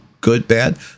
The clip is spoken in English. good-bad